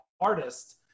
artist